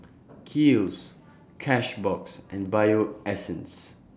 Kiehl's Cashbox and Bio Essence